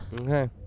Okay